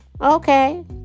Okay